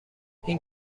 این